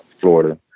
Florida